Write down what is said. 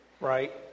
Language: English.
right